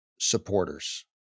supporters